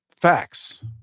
facts